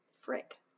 Frick